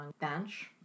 bench